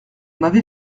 m’avez